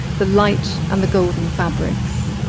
the light and the golden fabrics.